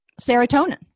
serotonin